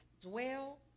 Dwell